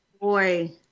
boy